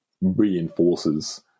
reinforces